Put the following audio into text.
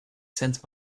sense